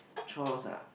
chores ah